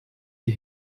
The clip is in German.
die